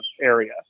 area